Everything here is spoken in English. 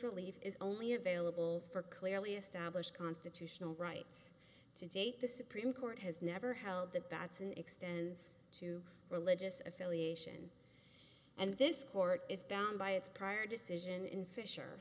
relief is only available for clearly established constitutional rights to date the supreme court has never held the batson extends to religious affiliation and this court is bound by its prior decision in fisher